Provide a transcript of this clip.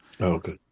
Okay